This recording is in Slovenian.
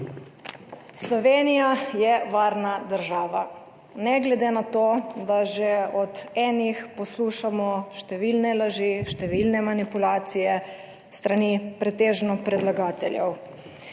Slovenija je varna država, ne glede na to, da že od enih poslušamo številne laži, številne manipulacije s strani pretežno predlagateljev.